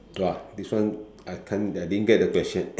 !wah! this one I can't I didn't get the question